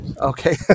Okay